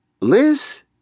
Liz